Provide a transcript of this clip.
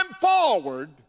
forward